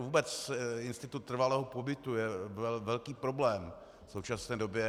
Vůbec institut trvalého pobytu je velký problém v současné době.